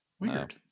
Weird